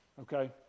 Okay